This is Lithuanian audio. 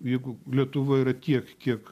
jeigu lietuva yra tiek kiek